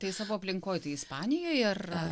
tai savo aplinkoj tai ispanijoj ar